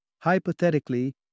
Hypothetically